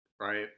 right